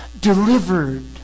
delivered